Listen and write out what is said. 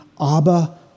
Abba